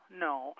no